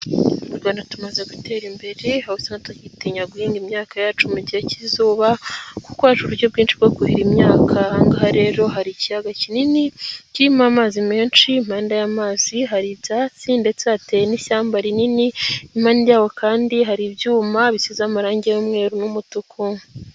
Mu Rwanda tumaze gutera imbere, aho usanga tutagitinya guhinga imyaka yacu mu gihe cy'izuba kuko hari uburyo bwinshi bwo kuhira imyaka, ahangaha rero hari ikiyaga kinini kirimo amazi menshi, impande y'amazi hari ibyatsi ndetse hateyewe n'ishyamba rinini, impande yaho kandi hari ibyuma bisize amarangi y'umweru n'umutuku.